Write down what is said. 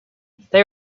they